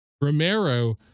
Romero